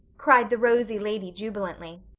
cried the rosy lady jubilantly.